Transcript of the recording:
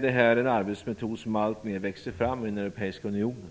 Det är en arbetsmetod som alltmer växer fram i den europeiska unionen: